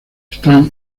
están